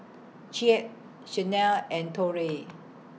Chet Shanell and Torey